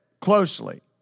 closely